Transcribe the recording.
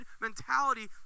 mentality